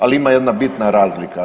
Ali ima jedna bitna razlika.